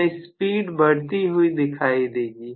हमें स्पीड बढ़ती हुई दिखाई देगी